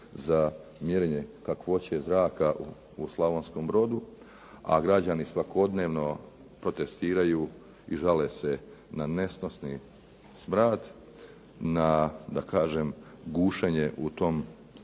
za mjerenje kakvoće zraka u Slavonskom Brodu, a građani svakodnevno protestiraju i žale se na nesnosni smrad, na da kažem gušenje u tom